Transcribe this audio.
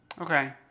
Okay